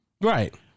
Right